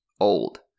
old